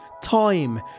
time